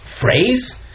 phrase